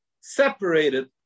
separated